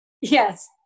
Yes